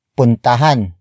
Puntahan